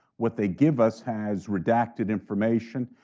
what they give us has redacted information.